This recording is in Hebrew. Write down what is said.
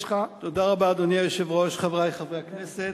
אדוני היושב-ראש, תודה רבה, חברי חברי הכנסת,